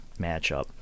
matchup